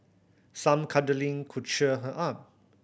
some cuddling could cheer her up